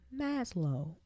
maslow